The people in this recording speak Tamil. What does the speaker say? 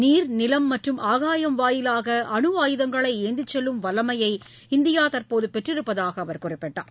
நீர் நிலம் மற்றும் ஆகாயம் வாயிலாக அனு ஆயுதங்களை ஏந்திச் செல்லும் வல்லமையை இந்தியா தற்போது பெற்றிருப்பதாக அவர் குறிப்பிட்டார்